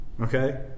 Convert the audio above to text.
okay